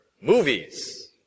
Movies